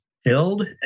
Filled